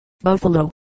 Buffalo